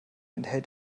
enthält